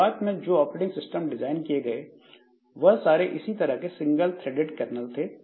शुरुआत में जो ऑपरेटिंग सिस्टम डिजाइन किए गए वह सारे इसी तरह के सिंगल थ्रेडेड कर्नेल थे